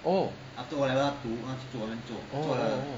oh oh oh oh